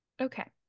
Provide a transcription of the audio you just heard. okay